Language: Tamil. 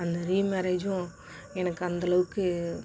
அந்த ரீமேரேஜூம் எனக்கு அந்தளவுக்கு